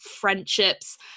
friendships